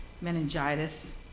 meningitis